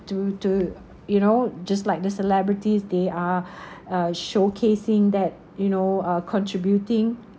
to to you know just like the celebrities they are uh showcasing that you know uh contributing